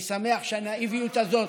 אני שמח שהנאיביות הזאת,